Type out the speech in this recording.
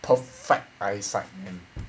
perfect eyesight mm